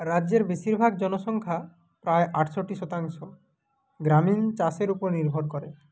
রাজ্যের বেশিরভাগ জনসংখ্যা প্রায় আটষট্টি শতাংশ গ্রামীণ চাষের উপর নির্ভর করে